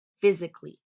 physically